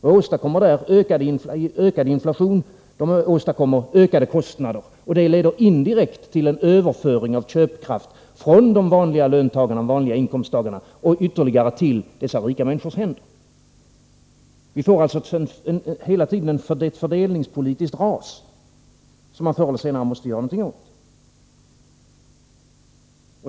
Den åstadkommer där ökad inflation, ökade kostnader, och det leder indirekt till överföring av köpkraft från de vanliga inkomsttagarna till dessa rika människors händer. Vi får alltså hela tiden ett fördelningspolitiskt ras, som man förr eller senare måste göra någonting åt.